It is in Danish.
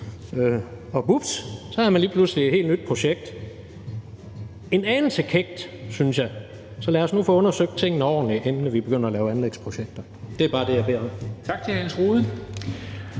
og vupti, så havde man lige pludselig et helt nyt projekt. En anelse kækt, synes jeg, så lad os nu få tingene undersøgt ordentligt, inden vi begynder at lave anlægsprojekter. Det er bare det, jeg beder om. Kl. 14:58